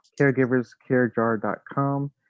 Caregiverscarejar.com